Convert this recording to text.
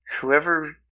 whoever